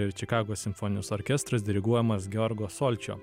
ir čikagos simfoninis orkestras diriguojamas georgo solčio